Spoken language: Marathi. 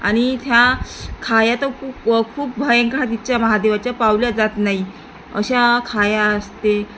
आणि त्या खाया तर खूप खूप भयंखहातीच्या महादेवाच्या पावल्या जात नाही अशा खाया असते